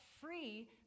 free